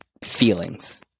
feelings